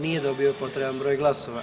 Nije dobio potreban broj glasova.